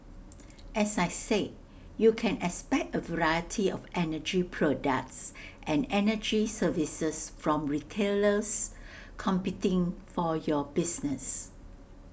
as I said you can expect A variety of energy products and energy services from retailers competing for your business